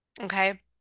okay